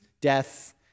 death